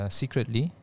secretly